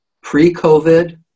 pre-COVID